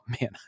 man